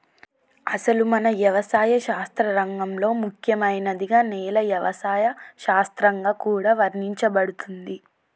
అసలు మన యవసాయ శాస్త్ర రంగంలో ముఖ్యమైనదిగా నేల యవసాయ శాస్త్రంగా కూడా వర్ణించబడుతుంది